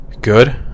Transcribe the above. good